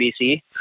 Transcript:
BC